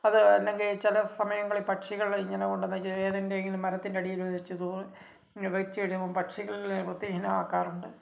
അത് അല്ലെങ്കിൽ ചില സമയങ്ങളില് പക്ഷികൾ ഇങ്ങനെ കൊണ്ടന്നേച്ച് ഏതെങ്കിലും മരത്തിന്റെ അടിയിൽ വെച്ചിട്ട് പോവും വെച്ച് കഴിയുമ്പം പക്ഷികൾ വൃത്തിഹീനമാക്കാറുണ്ട്